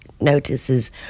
Notices